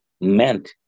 meant